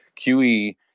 QE